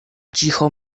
cicho